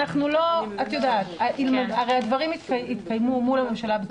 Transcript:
אנחנו לא הדברים התקיימו מול הממשלה.